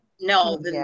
No